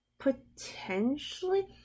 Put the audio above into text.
potentially